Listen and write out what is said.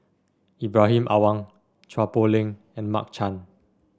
Ibrahim Awang Chua Poh Leng and Mark Chan